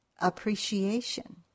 appreciation